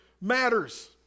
matters